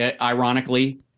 ironically